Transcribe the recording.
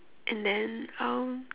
and then um